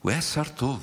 הוא היה שר טוב.